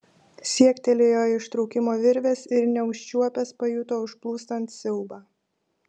siektelėjo ištraukimo virvės ir neužčiuopęs pajuto užplūstant siaubą